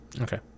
Okay